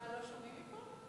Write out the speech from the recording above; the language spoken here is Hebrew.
לא שומעים מפה?